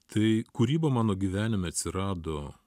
tai kūryba mano gyvenime atsirado